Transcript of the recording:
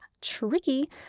tricky